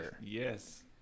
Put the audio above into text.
Yes